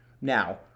Now